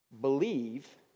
Believe